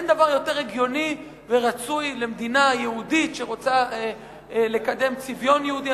אין דבר יותר הגיוני ורצוי למדינה יהודית שרוצה לקדם צביון יהודי.